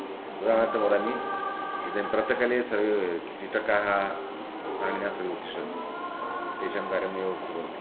उदाहरणार्थं वदामि इदानीं प्रातकाले सर्वे चटकाः प्राणिनः सर्वे उत्तिष्ठन्ति तेषां कार्यमेव कुर्वन्ति